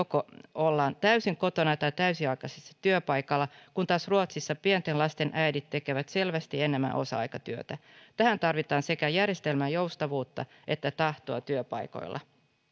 ollaan joko täysin kotona tai täysiaikaisesti työpaikalla kun taas ruotsissa pienten lasten äidit tekevät selvästi enemmän osa aikatyötä tähän tarvitaan sekä järjestelmän joustavuutta että tahtoa työpaikoilla